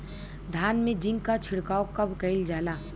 धान में जिंक क छिड़काव कब कइल जाला?